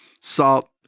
salt